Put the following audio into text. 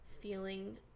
feeling